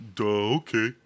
okay